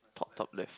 top top left